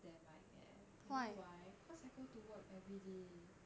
I feel they might eh you know why cause I go to work everyday